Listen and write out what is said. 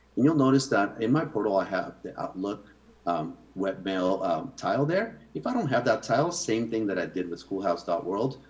and you'll notice that in my portal, i have the outlook web mail tile there. if i don't have that tile, same thing that i did with schoolhouse world,